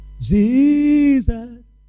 Jesus